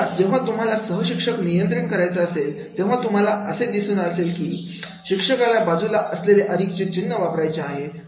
आता जेव्हा तुम्हाला सहशिक्षक नियंत्रण करायचं असेल तेव्हा तुम्हाला हे दिसून आले असेल की शिक्षकाच्या बाजूलाच असलेले अधिकचे चिन्ह वापरायचे आहे